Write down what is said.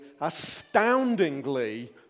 astoundingly